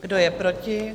Kdo je proti?